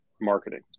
marketing